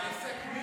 ההצעה להעביר